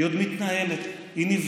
היא עוד מתנהלת, היא נבדקת.